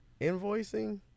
Invoicing